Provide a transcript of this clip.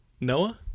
Noah